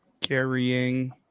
carrying